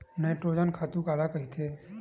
Nitrogen खातु काला कहिथे?